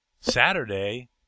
Saturday